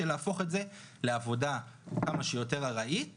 להפוך את זה לעבודה כמה שיותר עראית